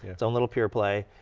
it's a little peerplay.